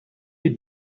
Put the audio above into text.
you